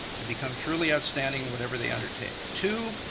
to become truly outstanding, whatever they undertake. two,